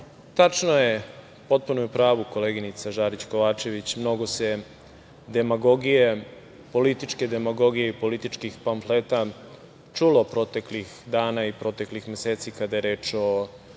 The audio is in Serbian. tačno je, potpuno je u pravu koleginica Žarić Kovačević, mnogo se demagogije, političke demagogije i političkih pamfleta čulo proteklih dana i proteklih meseci kada je reč o